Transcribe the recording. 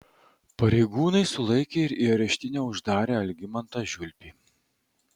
pareigūnai sulaikė ir į areštinę uždarė algimantą žiulpį